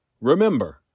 Remember